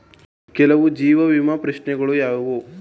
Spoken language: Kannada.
ಕೆಲವು ಜೀವ ವಿಮಾ ಪ್ರಶ್ನೆಗಳು ಯಾವುವು?